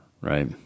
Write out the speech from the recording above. right